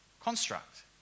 construct